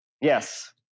Yes